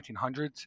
1900s